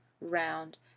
round